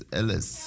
Ellis